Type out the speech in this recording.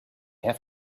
have